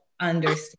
understand